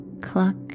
cluck